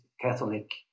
Catholic